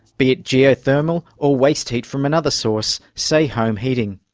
be it geothermal or waste heat from another source, say home heating.